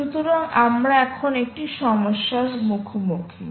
সুতরাং আমরা এখন একটি সমস্যার মুখোমুখি